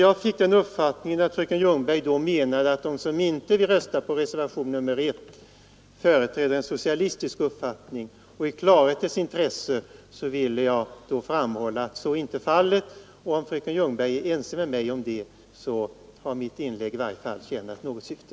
Jag fick den uppfattningen att fröken Ljungberg då menade att de som inte vill rösta på reservationen företräder en socialistisk uppfattning. I klarhetens intresse ville jag framhålla att så inte är fallet. Om fröken Ljungberg är ense med mig om det har mitt inlägg i varje fall tjänat något syfte.